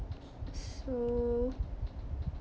so